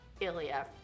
Ilya